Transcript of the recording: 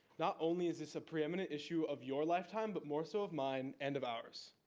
not only is this a preeminent issue of your lifetime, but more so of mine and of ours.